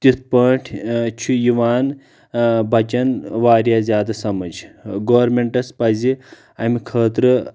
تِتھٕ پٲٹھۍ چھُ یِوان بچن واریاہ زیادٕ سمجھ گورمِنٹس پزِ اَمہِ خاطرٕ